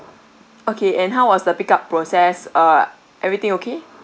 okay and how was the pick up process uh everything okay